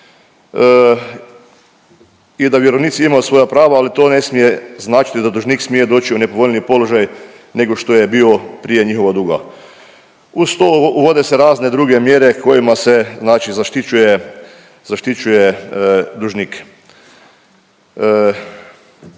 i da vjerovnici imaju svoja prava, ali to ne smije značiti da dužnik smije doći u nepovoljni položaj nego što je bio prije njihova duga. Uz to uvode se razne druge mjere kojima se znači